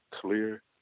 clear